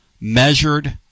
measured